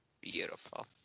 Beautiful